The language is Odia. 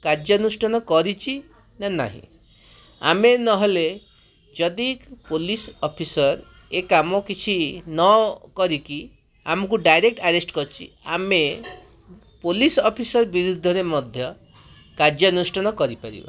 କାର୍ଯ୍ୟ ଅନୁଷ୍ଠାନ କରିଛି ନା ନାହିଁ ଆମେ ନହେଲେ ଯଦି ପୋଲିସ ଅଫିସର ଏ କାମ କିଛି ନ କରିକି ଆମକୁ ଡାଇରେକ୍ଟ ଆରେଷ୍ଟ କରିଛି ଆମେ ପୋଲିସ ଅଫିସର ବିରୁଦ୍ଧରେ ମଧ୍ୟ କାର୍ଯ୍ୟ ଅନୁଷ୍ଠାନ କରିପାରିବା